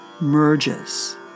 merges